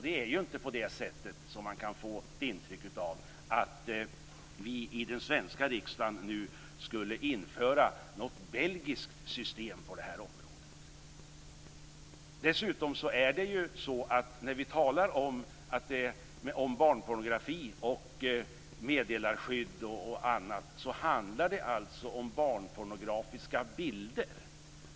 Det är ju inte så - som man kan få ett intryck av - att vi i den svenska riksdagen nu inför ett belgiskt system på det här området. När vi talar om barnpornografi, meddelarskydd och annat handlar det alltså om barnpornografiska bilder.